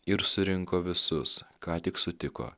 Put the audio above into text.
ir surinko visus ką tik sutiko